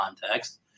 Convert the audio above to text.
context